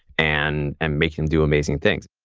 and and make them do amazing things.